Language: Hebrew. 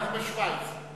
איך בשווייץ?